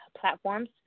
platforms